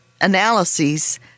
analyses